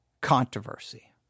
controversy